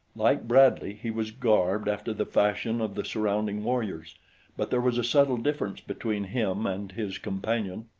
like bradley he was garbed after the fashion of the surrounding warriors but there was a subtle difference between him and his companion.